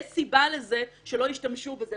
יש סיבה לזה שלא השתמשו בזה.